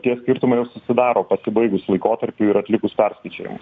tie skirtumai jau susidaro pasibaigus laikotarpiui ir atlikus perskaičiavimus